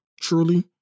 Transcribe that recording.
truly